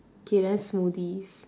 K then smoothies